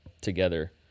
together